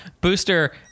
Booster